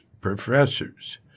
professors